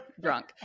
drunk